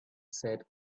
said